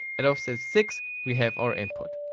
at offset six we have our input.